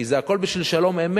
כי זה הכול בשביל שלום-אמת.